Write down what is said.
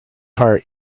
heart